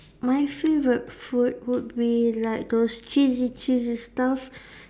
my favourite food would be like those cheesy cheesy stuff